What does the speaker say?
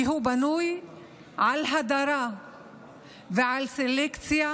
כי הוא בנוי על הדרה ועל סלקציה